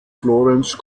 florence